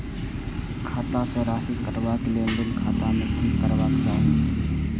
खाता स राशि कटवा कै लेल ऋण खाता में की करवा चाही?